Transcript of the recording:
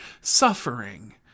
suffering